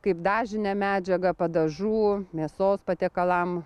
kaip dažinį medžiagą padažų mėsos patiekalam